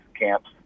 camps